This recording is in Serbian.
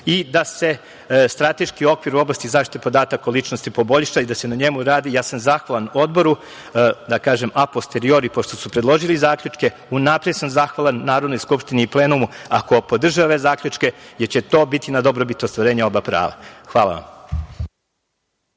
i da se strateški okvir u oblasti zaštite podataka o ličnosti poboljša i da se na njemu radi. Ja sam zahvalan Odboru, da kažem „a posteriori“ pošto su predložili zaključke. Unapred sam zahvalan Narodnoj skupštini i plenumu, ako podrže ove zaključke, jer će to biti na dobrobit ostvarenja oba prava. Hvala vam.